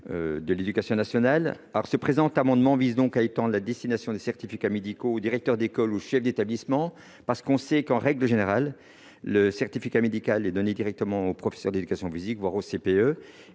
de l'éducation nationale. Le présent amendement vise à étendre la destination des certificats médicaux au directeur d'école ou au chef d'établissement. En effet, on sait que le certificat médical est donné directement au professeur d'éducation physique et sportive, voire au CPE.